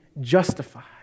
justified